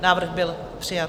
Návrh byl přijat.